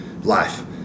life